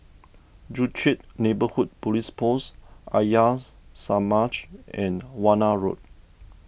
Joo Chiat Neighbourhood Police Post Arya Samaj and Warna Road